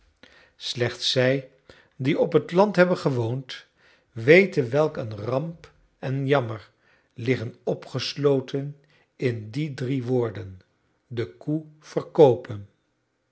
slechts zij die op het land hebben gewoond weten welk een ramp en jammer liggen opgesloten in die drie woorden de koe verkoopen